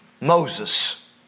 Moses